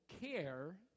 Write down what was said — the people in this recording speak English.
care